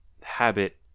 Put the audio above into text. habit